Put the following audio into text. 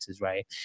Right